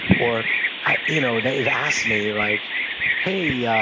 or ah you know they've asked me like hey, yeah